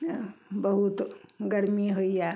बहुत गरमी होइए